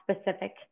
specific